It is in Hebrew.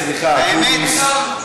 סליחה, השר אקוניס ישיב.